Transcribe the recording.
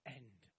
end